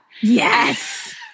Yes